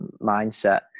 mindset